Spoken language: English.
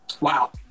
Wow